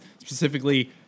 specifically